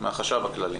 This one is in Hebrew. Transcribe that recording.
מהחשב הכללי.